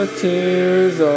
tears